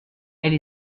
elle